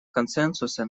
консенсуса